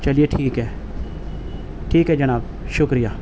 چلیے ٹھیک ہے ٹھیک ہے جناب شکریہ